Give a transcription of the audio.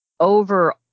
Over